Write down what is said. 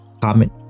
comment